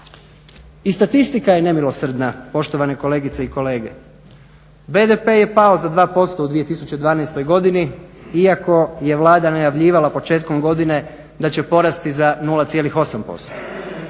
I statistika je nemilosrdna poštovane kolegice i kolege. BDP je pao za 2% u 2012.godini iako je Vlada najavljivala početkom godine da će porasti za 0,8%.